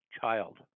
child